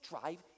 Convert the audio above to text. drive